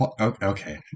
okay